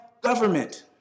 government